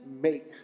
make